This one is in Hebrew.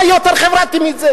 מה יותר חברתי מזה